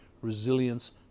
resilience